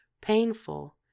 painful